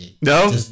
No